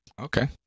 Okay